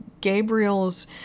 Gabriel's